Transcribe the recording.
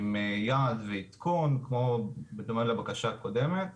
עם יעד ועדכון בדומה לבקשה הקודמת